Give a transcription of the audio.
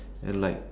and like